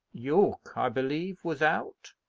yorke, i believe, was out?